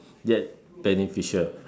yet beneficial